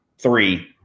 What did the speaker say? Three